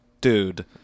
dude